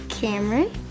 Cameron